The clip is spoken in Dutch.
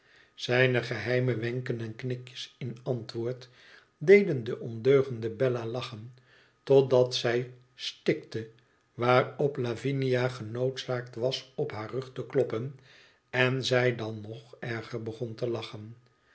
zijne geheime wenken en knikjes in antwoord deden de ondeugende bella lachen totdat zij stikte waarop lavinia genoodzaakt was op haar rug te kloppen en zij dan nog erger begon te lachen